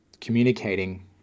communicating